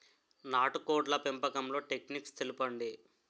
నాటుకోడ్ల పెంపకంలో టెక్నిక్స్ తెలుపండి?